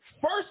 First